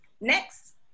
Next